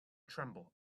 tremble